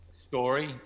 story